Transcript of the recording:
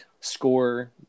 score